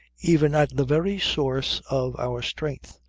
even at the very source of our strength,